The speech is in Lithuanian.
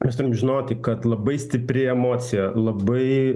mes turim žinoti kad labai stipri emocija labai